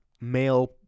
male